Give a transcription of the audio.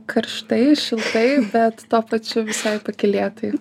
karštai šiltai bet tuo pačiu visai pakylėtai